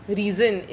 reason